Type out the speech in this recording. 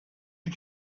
you